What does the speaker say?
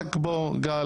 רק גל,